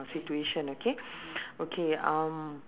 situation okay okay um